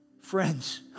friends